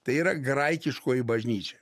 tai yra graikiškoji bažnyčia